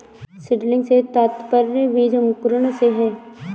seedling से तात्पर्य बीज अंकुरण से है